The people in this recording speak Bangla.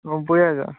নব্বই হাজার